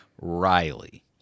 Riley